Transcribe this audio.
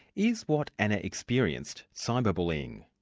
is what anna experienced, cyber bullying?